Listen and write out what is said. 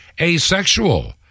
asexual